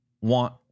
want